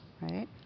Right